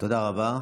תודה רבה.